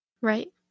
Right